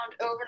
over